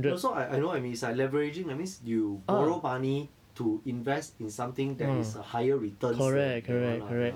no so I I know what you mean is like leveraging that means you borrow money to invest in something that is a higher returns then the [one] lah ya